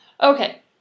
Okay